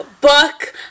book